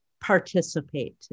participate